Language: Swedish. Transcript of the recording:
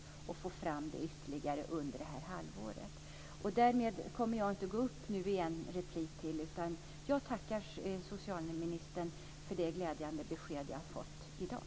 Man kan föra fram frågan ytterligare under detta halvår. Jag kommer inte att begära ytterligare repliker. Jag tackar socialministern för det glädjande besked jag har fått i dag.